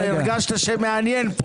הרגשת שמעניין פה